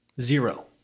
Zero